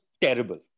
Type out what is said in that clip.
terrible